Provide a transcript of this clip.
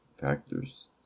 factors